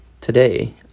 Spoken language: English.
Today